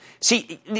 See